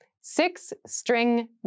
Six-string